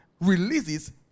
releases